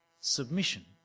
submission